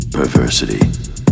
Perversity